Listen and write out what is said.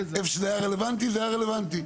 איפה שהיה רלוונטי זה היה רלוונטי.